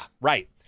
right